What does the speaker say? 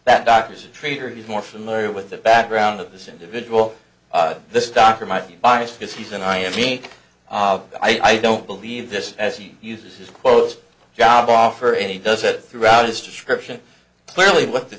that doctors a traitor he's more familiar with the background of this individual this doctor might be biased because he's an i and me i don't believe this as he uses his quote job offer any does it throughout his description clearly what the